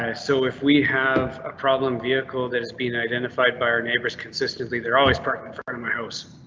and so if we have a problem vehicle that is being identified by our neighbors consistently there always parked in front of my house.